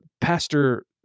Pastor